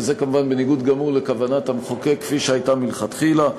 וזה כמובן בניגוד גמור לכוונת המחוקק כפי שהייתה מלכתחילה.